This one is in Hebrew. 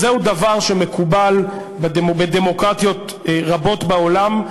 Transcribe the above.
וזה דבר שמקובל בדמוקרטיות רבות בעולם.